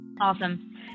Awesome